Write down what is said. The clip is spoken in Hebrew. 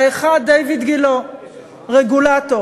האחד, דיויד גילה, רגולטור,